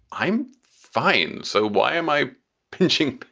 i'm fine. so why am i pinching?